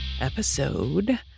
Episode